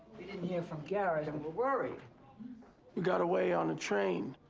we didn't hear from garrett and we're worried. we got away on a train.